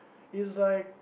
it's like